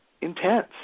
intense